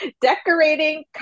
decorating